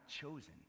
chosen